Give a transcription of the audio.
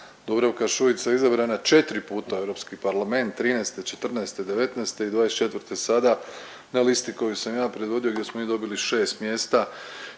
Dubravka Šuica je izabrana četri puta Europski parlament '13., '14., '19. i '24. sada na listi koju sam ja predvodio gdje smo mi dobili šest mjesta